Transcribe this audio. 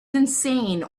insane